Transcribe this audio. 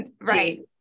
Right